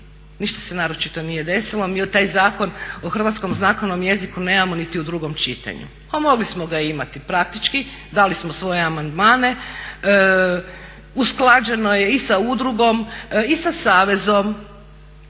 ništa se naročito nije desilo. Mi taj Zakon o hrvatskom znakovnom jeziku nemamo niti u drugom čitanju, a mogli smo ga imati praktički, dali smo svoje amandmane, usklađeno je i sa udrugom i sa savezom,